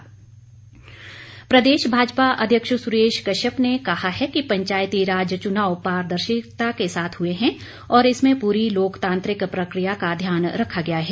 भाजपा प्रदेश भाजपा अध्यक्ष सुरेश कश्यप ने कहा है कि पंचायती राज चुनाव पारदर्शिता के साथ हुए हैं और इसमें पूरी लोकतांत्रिक प्रकिया का ध्यान रखा गया है